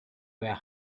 where